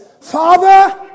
Father